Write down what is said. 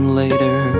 later